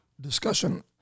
discussion